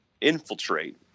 infiltrate